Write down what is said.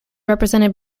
represented